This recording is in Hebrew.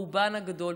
ברובן הגדול,